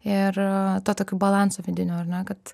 ir tuo tokiu balansu vidiniu ar ne kad